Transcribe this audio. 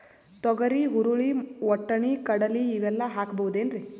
ತೊಗರಿ, ಹುರಳಿ, ವಟ್ಟಣಿ, ಕಡಲಿ ಇವೆಲ್ಲಾ ಹಾಕಬಹುದೇನ್ರಿ?